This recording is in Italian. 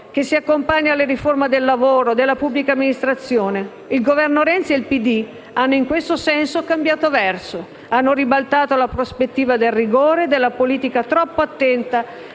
che si accompagna alla riforma del lavoro e della pubblica amministrazione. Il Governo Renzi e il PD hanno in questo senso cambiato verso: hanno ribaltato la prospettiva del rigore e della politica troppo attenta